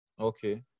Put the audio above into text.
Okay